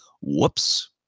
whoops